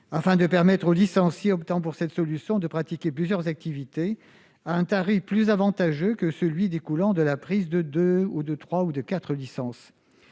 qui permettent aux licenciés optant pour cette solution de pratiquer plusieurs activités à un tarif plus avantageux que celui découlant de la prise de deux, trois ou quatre licences.